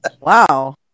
Wow